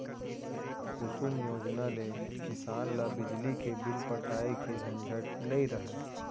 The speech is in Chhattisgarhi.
कुसुम योजना ले किसान ल बिजली के बिल पटाए के झंझट नइ रहय